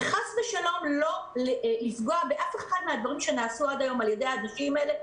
וחס ושלום לא לפגוע באף אחד מהדברים שנעשו עד היום על ידי הגופים האלה.